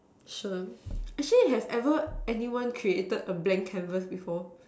sure actually has ever anyone created a blank canvas before